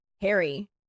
Harry